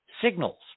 signals